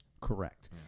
Correct